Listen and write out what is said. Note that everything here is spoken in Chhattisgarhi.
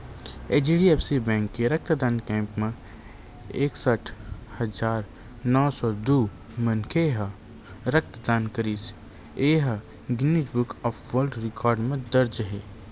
एच.डी.एफ.सी बेंक के रक्तदान कैम्प म एकसट हजार नव सौ दू मनखे ह रक्तदान करिस ए ह Guinness Book of World Record म दर्ज हे